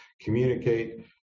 communicate